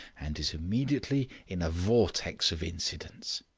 and is immediately in a vortex of incidents.